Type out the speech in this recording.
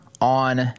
on